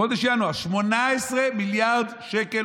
בחודש ינואר, 18 מיליארד עודף.